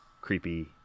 creepy